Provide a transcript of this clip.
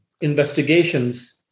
investigations